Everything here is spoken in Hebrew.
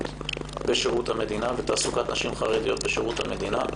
בשירות המדינה ותעסוקת נשים חרדיות בשירות המדינה,